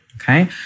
okay